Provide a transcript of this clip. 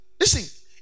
listen